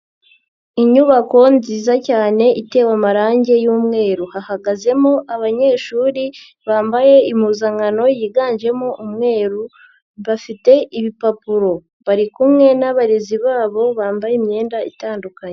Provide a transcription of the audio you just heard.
Inyubako nziza cyane itewe amarangi y'umweru, hahagazemo abanyeshuri bambaye impuzankano yiganjemo umweru bafite ibipapuro, bari kumwe n'abarezi babo bambaye imyenda itandukanye.